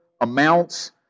amounts